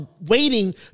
waiting